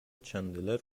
چندلر